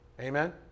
Amen